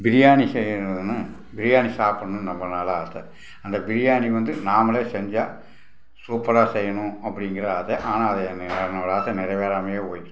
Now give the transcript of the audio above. பிரியாணி செய்யணும்ன்னு பிரியாணி சாப்பிட்ணுன்னு ரொம்ப நாளாக ஆசை அந்த பிரியாணி வந்து நாமளே செஞ்சால் சூப்பராக செய்யணும் அப்படிங்கிற ஆசை ஆனால் அது என் என்னோட ஆசை நிறைவேறாமையே போயிடுச்சு